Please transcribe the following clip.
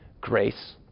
grace